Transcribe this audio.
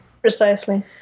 Precisely